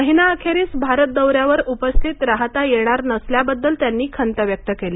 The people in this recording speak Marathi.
महिनाअखेरीस भारत दौऱ्यावर उपस्थित राहता येणार नसल्याबद्दल त्यांनी खंत व्यक्त केली